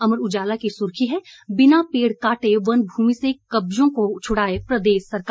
अमर उजाला की सुर्खी है बिना पेड़ काटे वन भूमि से कब्जों को छड़ाए प्रदेश सरकार